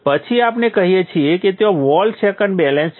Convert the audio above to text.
પછી આપણે કહીએ છીએ કે ત્યાં વોલ્ટ સેકન્ડ બેલેન્સ છે